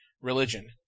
religion